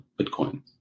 Bitcoin